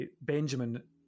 Benjamin